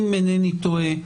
אם אינני טועה,